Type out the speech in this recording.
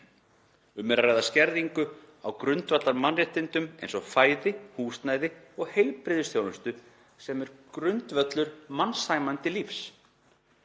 Um er að ræða skerðingu á grundvallarmannréttindum eins og fæði, húsnæði og heilbrigðisþjónustu, sem er grundvöllur mannsæmandi lífs.